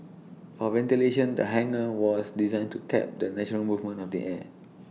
for ventilation the hangar was designed to tap the natural movement of the air